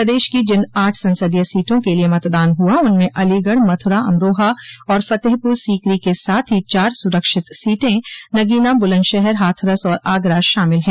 प्रदेश के जिन आठ संसदीय सीटों के लिये मतदान हुआ उनमें अलीगढ़ मथुरा अमरोहा और फतेहपुर सीकरी के साथ ही चार सुरक्षित सीटें नगीना बुलन्दशहर हाथरस और आगरा शामिल हैं